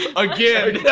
again!